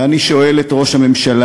ואני שואל את ראש הממשלה: